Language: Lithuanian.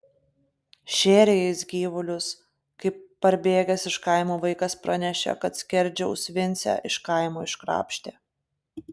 šėrė jis gyvulius kai parbėgęs iš kaimo vaikas pranešė kad skerdžiaus vincę iš kaimo iškrapštė